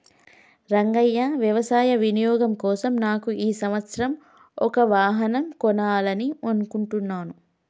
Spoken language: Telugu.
రంగయ్య వ్యవసాయ వినియోగం కోసం నాకు ఈ సంవత్సరం ఒక వాహనం కొనాలని అనుకుంటున్నాను